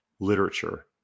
literature